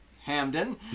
Hamden